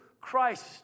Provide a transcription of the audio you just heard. Christ